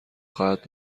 خواهد